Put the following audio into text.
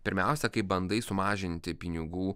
pirmiausia kaip bandai sumažinti pinigų